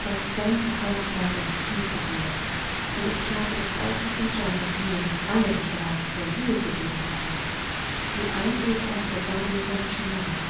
das ganze haus lag in tiefer ruhe denn ich glaube daß außer st john und mir alle sich bereits zur ruhe begeben hatten die einzige kerze war dem verlöschen nahe